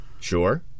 Sure